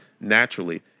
naturally